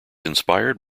inspired